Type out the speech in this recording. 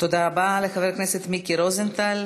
תודה רבה לחבר הכנסת מיקי רוזנטל.